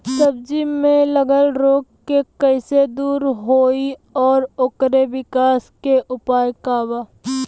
सब्जी में लगल रोग के कइसे दूर होयी और ओकरे विकास के उपाय का बा?